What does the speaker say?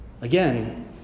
Again